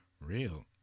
real